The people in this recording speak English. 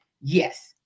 yes